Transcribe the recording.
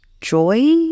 joy